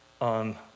on